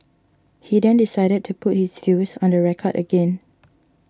he then decided to put his views on the record again